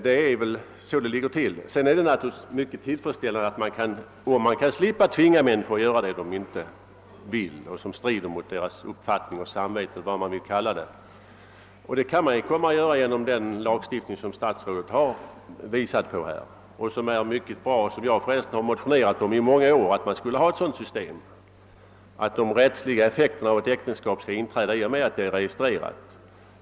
Det vore ju mycket bättre om man slapp tvinga människor att göra sådant som de inte vill och som strider mot deras uppfattning och samvete, hur man nu vill kalla det. Detta kan beträffande det vi nu diskuterar bli fallet med hjälp av den lagstiftning som statsrådet här talat om. Själv har jag under många år motionerat om ett sådant system, att de rättsliga effekterna av ett äktenskap skall inträda i och med att det är registrerat.